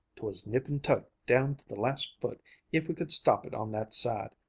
twas nip and tuck down to the last foot if we could stop it on that side.